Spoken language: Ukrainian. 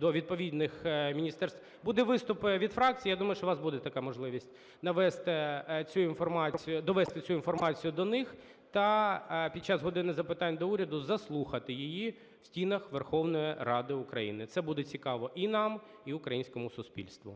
до відповідних міністерств (будуть виступи від фракцій, я думаю, що у вас буде така можливість), довести цю інформацію до них та під час "години запитань до Уряду" заслухати її в стінах Верховної Ради України. Це буде цікаво і нам, і українському суспільству.